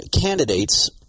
candidates